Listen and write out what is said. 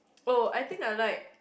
oh I think I like